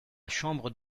chambre